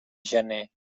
gener